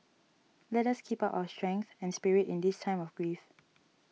let us keep up our strength and spirit in this time of grief